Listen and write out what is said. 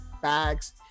bags